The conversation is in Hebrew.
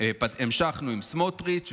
המשכנו עם סמוטריץ',